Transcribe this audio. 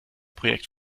projekt